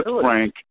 Frank